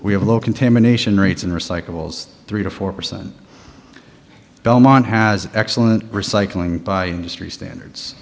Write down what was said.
we have low contamination rates and recyclables three to four percent belmont has excellent recycling by history standards